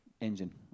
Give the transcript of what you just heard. engine